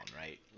right